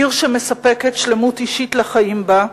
עיר שמספקת שלמות אישית לחיים בה,